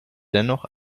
dennoch